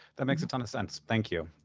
that makes a ton of sense. thank you.